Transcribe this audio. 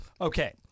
Okay